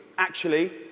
actually,